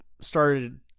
started